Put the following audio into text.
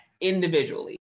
individually